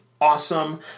awesome